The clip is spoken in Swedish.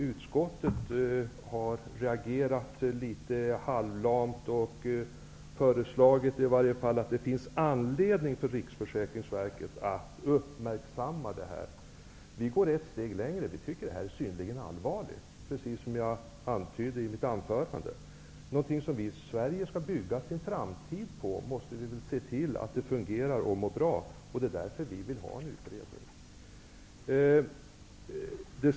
Utskottet har reagerat litet halvlamt och föreslagit att det finns anledning för Riksförsäkringsverket att uppmärksamma frågan. Vi i Ny demokrati går ett steg längre. Vi tycker att detta är synnerligen allvarligt, precis som jag antydde i mitt anförande. Det som Sverige skall bygga sin framtid på måste fungera bra. Det är därför vi vill ha en utredning.